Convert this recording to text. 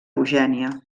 eugènia